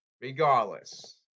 regardless